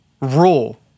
rule